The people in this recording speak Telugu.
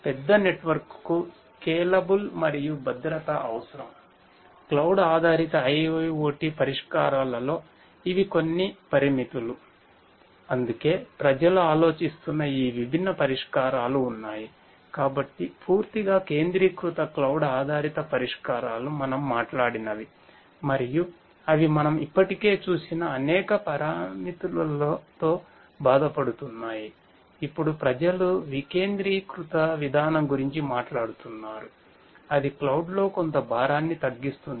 పెద్ద నెట్వర్క్కు స్కేలబుల్ చేయడం ద్వారా మన జీవితాలను వేగవంతం చేస్తుంది